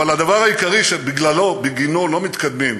אבל הדבר העיקרי שבגלל, בגינו, לא מתקדמים,